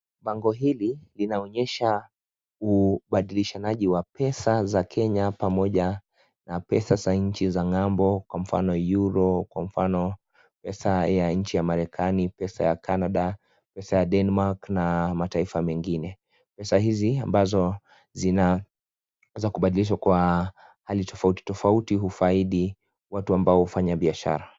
Bango hili linaonyesha ubadilishanaji wa pesa za Kenya pamoja na pesa za nchi za ng'ambo, kwa mfano Euro, kwa mfano pesa ya nchi ya Marekani, pesa ya Canada, pesa ya Denmark na mataifa mengine. Pesa hizi ambazo zinaweza kubadilishwa kwa hali tofauti tofauti hufaidi watu ambao hufanya biashara.